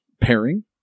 pairing